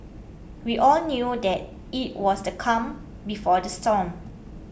we all knew that it was the calm before the storm